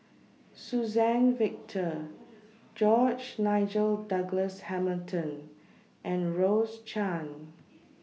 Suzann Victor George Nigel Douglas Hamilton and Rose Chan